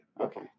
okay